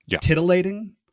titillating